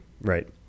Right